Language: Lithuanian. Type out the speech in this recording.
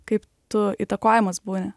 kaip tu įtakojamas būni